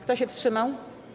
Kto się wstrzymał?